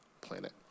planet